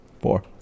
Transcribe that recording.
Four